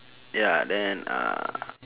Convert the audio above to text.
ya then uh